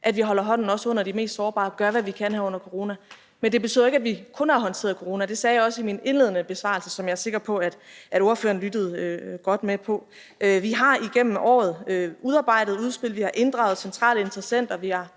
at vi også holder hånden under de mest sårbare og gør, hvad vi kan, her under corona. Men det betyder ikke, at vi kun har håndteret corona. Det sagde jeg også i min indledende besvarelse, som jeg er sikker på, at ordføreren lyttede godt med på. Vi har igennem året udarbejdet udspil, vi har inddraget centrale interessenter,